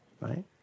right